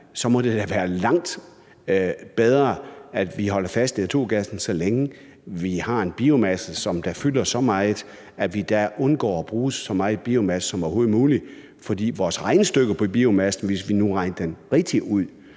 må det da være langt bedre, at vi holder fast i naturgassen, så længe vi har en biomasse, der fylder så meget, og at vi undgår at bruge så meget biomasse som overhovedet muligt. For vores regnestykke på biomassen, hvis vi nu regner det rigtigt